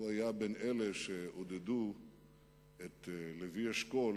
הוא היה בין אלה שעודדו את לוי אשכול